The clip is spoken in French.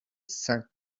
cinq